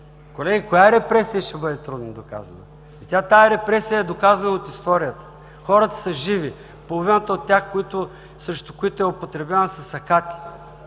Колеги, коя репресия ще бъде трудно доказана? Тази репресия е доказана от историята – хората са живи, половината от тях, срещу които е употребена, са сакати!